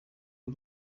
y’u